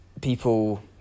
people